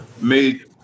made